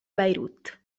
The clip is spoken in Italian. beirut